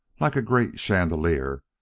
like a great chandelier,